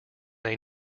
they